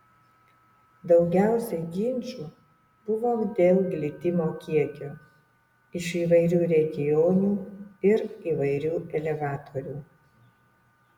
daugiausiai ginčų buvo dėl glitimo kiekio iš įvairių regionų ir įvairių elevatorių